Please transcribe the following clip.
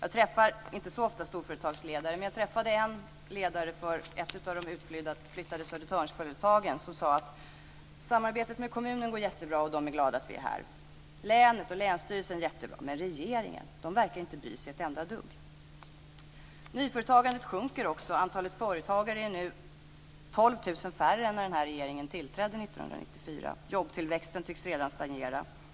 Jag träffar inte så ofta storföretagsledare, men jag träffade ledaren för ett av de utflyttade Södertörnsföretagen, och han sade: Samarbetet med kommunen går jättebra, och man är glad att vi finns här. Samarbetet går också jättebra med länsstyrelsen. Men regeringen verkar inte att bry sig ett enda dugg. 12 000 färre än när regeringen tillträdde 1994. Jobbtillväxten tycks redan stagnera.